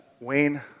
Wayne